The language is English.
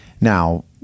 Now